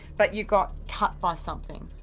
but you got cut by something?